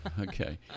Okay